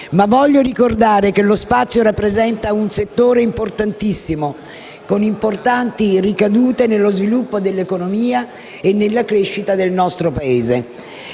Ma voglio ricordare che lo spazio rappresenta un settore importantissimo, con importanti ricadute nello sviluppo dell'economia e nella crescita del nostro Paese.